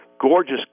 gorgeous